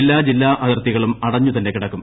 എല്ലാ ജില്ലാ അതിർത്തികളും അടഞ്ഞു തന്നെ കിടക്കും